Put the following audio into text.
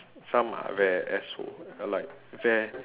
some are very asshole uh like very